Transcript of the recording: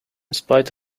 spite